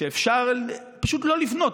שאפשר פשוט לא לפנות,